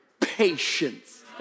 patience